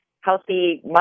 healthy